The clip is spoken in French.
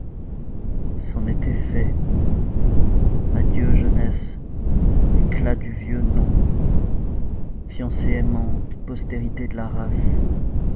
c'en était fait adieu jeunesse éclat du vieux nom fiancée aimante postérité de la race